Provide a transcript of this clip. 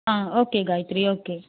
okay Gayathri okay